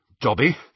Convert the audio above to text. dobby